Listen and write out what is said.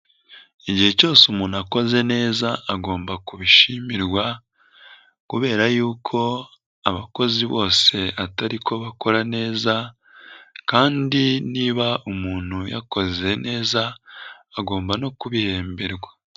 Igihe cyose umuntu akoze neza agomba kubishimirwa kubera yuko abakozi bose atari ko bakora neza kandi niba umuntu yakoze neza agomba no kubihemberwa.